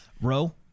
row